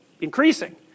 increasing